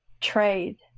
Trade